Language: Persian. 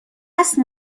وصل